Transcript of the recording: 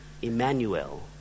Emmanuel